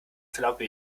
verlaufe